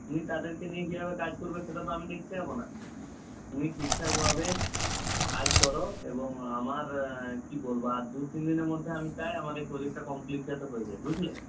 তুমি তাদেরকে নিয়ে কীভাবে কাজ করবে সেটা তো আমি দেখতে যাব না তুমি ঠিকঠাকভাবে কাজ করো এবং আমার কী বলব আর দু তিন দিনের মধ্যে আমি চাই আমার এই প্রোজেক্টটা কমপ্লিট যাতে হয়ে যায় বুঝলে